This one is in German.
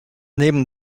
neben